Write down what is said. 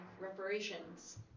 reparations